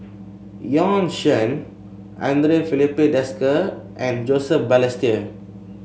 Bjorn Shen Andre Filipe Desker and Joseph Balestier